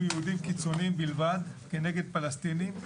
יהודים קיצונים בלבד כנגד פלסטינים.